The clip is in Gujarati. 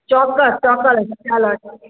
ચોક્કસ ચોક્કસ ચાલો ત્યારે